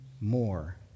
more